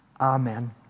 Amen